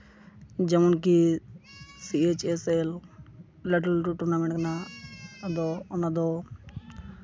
ᱡᱮᱢᱚᱱ K C H S L ᱞᱟᱹᱴᱩ ᱞᱟᱹᱴᱩ ᱴᱩᱨᱱᱟᱢᱮᱱᱴ ᱠᱟᱱᱟ ᱟᱫᱚ ᱚᱱᱟᱫᱚ